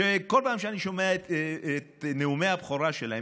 שכל פעם שאני שומע את נאומי הבכורה שלהם,